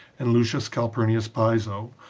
and lucius calpurnius piso,